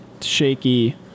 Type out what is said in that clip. shaky